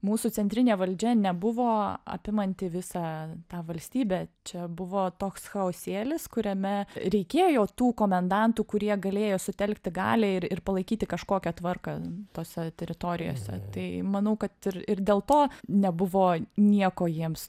mūsų centrinė valdžia nebuvo apimanti visą tą valstybę čia buvo toks chaosėlis kuriame reikėjo tų komendantų kurie galėjo sutelkti galią ir ir palaikyti kažkokią tvarką tose teritorijose tai manau kad ir ir dėl to nebuvo nieko jiems